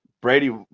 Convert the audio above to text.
Brady